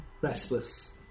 restless